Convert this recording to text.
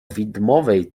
widmowej